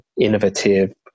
innovative